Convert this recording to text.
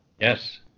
Yes